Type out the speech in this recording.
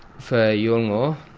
for a yolngu,